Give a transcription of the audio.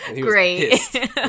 great